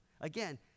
Again